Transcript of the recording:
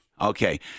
Okay